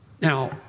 Now